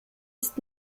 ist